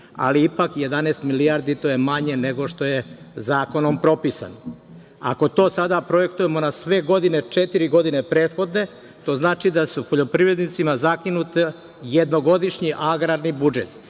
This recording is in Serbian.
ali ipak 11 milijardi, to je manje nego što je zakonom propisano. Ako to sada projektujemo na sve godine, četiri godine prethodne, to znači da je poljoprivrednicima zakinut jednogodišnji agrarni budžet.